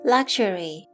Luxury